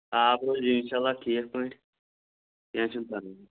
آب روزِ اِنشاءاللہ ٹھیٖک پٲٹھۍ کینٛہہ چھِنہٕ پَرواے